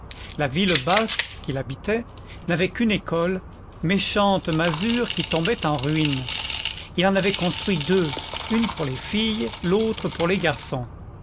la ville basse qu'il habitait n'avait qu'une école méchante masure qui tombait en ruine il en avait construit deux une pour les filles l'autre pour les garçons